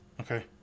Okay